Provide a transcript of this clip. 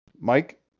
Mike